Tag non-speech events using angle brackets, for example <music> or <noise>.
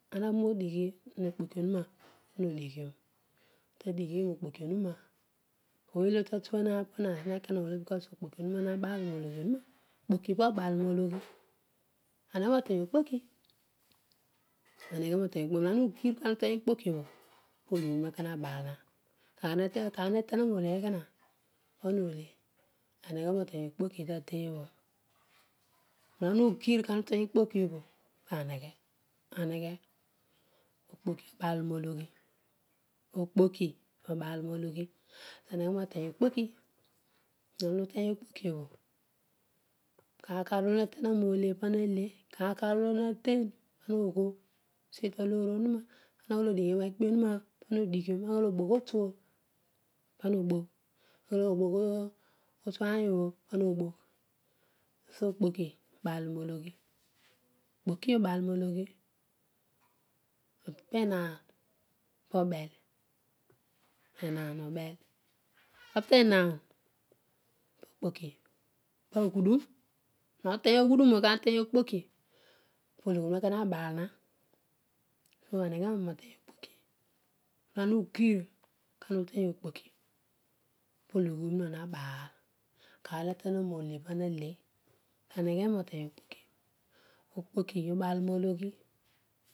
Ana va nodighi nokpoki onu mura pana odighion andi dighion okpoki owuna oou olo tatueno akool aa zina olo cus okpoki onuna nabaal nehi nologhi anuna okpoki pobaalnehi nologhi enegho noteny okpoki eneghe noteny okpoki if ana uteny nokpki obho pologhi onuna nabaal ma <unintelligible> aneghe noteny okpoki tade obho <unintelligible> acybe noteny okpoki okpoki obaal nologh